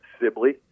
Sibley